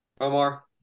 Omar